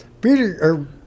Peter